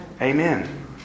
Amen